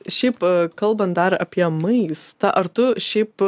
šiaip kalbant dar apie maistą ar tu šiaip